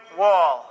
wall